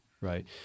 Right